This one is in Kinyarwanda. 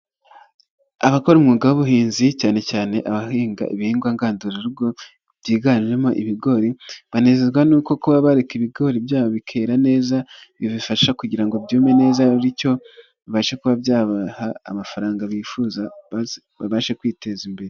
Abakora umwuga w'ubuhinzi cyane cyane abahinga ibihingwa ngandurarugo byiganjemo ibigori, banezezwa nuko kuba bareka ibigori byabo bikera neza bibafasha kugira ngo byumve neza bityo babashe kuba byabaha amafaranga babashe kwiteza imbere.